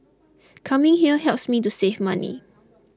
coming here helps me to save money